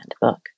book